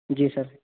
جی سر